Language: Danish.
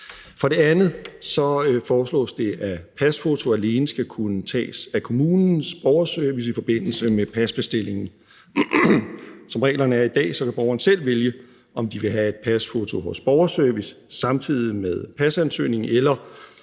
For det andet foreslås det, at pasfoto alene skal kunne tages af kommunens borgerservice i forbindelse med pasbestillingen. Som reglerne er i dag, kan man som borger selv vælge, om man vil have et pasfoto hos borgerservice samtidig med pasansøgningen, eller